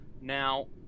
Now